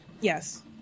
Yes